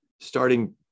starting